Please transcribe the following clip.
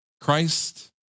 Christ